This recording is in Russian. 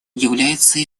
является